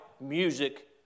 music